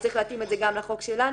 אז צריך להתאים את זה גם לחוק שלנו,